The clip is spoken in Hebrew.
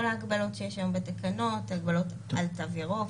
ההגבלות שיש היום בתקנות הגבלות על תו ירוק,